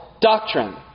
Doctrine